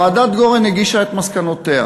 ועדת גורן הגישה את מסקנותיה.